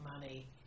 money